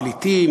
פליטים,